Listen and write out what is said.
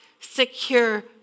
secure